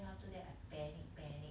then after that I panic panic